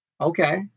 okay